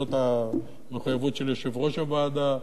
זאת המחויבות של יושב-ראש הוועדה,